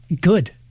Good